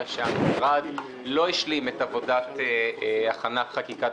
אלא שהמשרד לא השלים את עבודת הכנת חקיקת